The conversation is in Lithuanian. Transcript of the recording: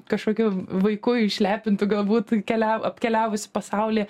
kažkokiu vaiku išlepintu galbūt kelia apkeliavusį pasaulį